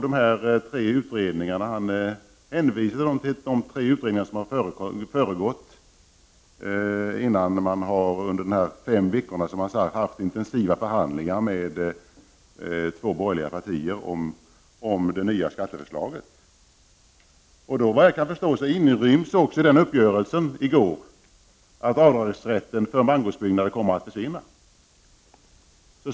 Statsministern hänvisade till de tre utredningar som föregått de senaste fem veckornas intensiva förhandlingar med två borgerliga partier om det nya skatteförslaget. Såvitt jag förstår inryms i gårdagens uppgörelse att avdragsrätten för mangårdsbyggnader kommer att försvinna.